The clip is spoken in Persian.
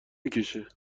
میکشه